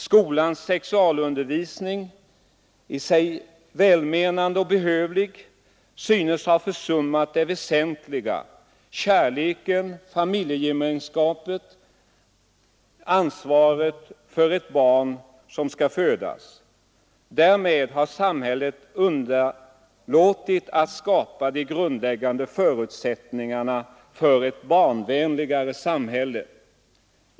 Skolans sexualundervisning, i sig välmenande och behövlig, synes ha försummat det väsentliga: kärleken, familjegemenskapen, ansvaret för ett barn som skall födas. Därmed har samhället underlåtit att skapa de grundläggande förutsättningarna för ett barnvänligare samhälle.